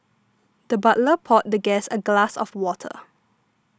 the butler poured the guest a glass of water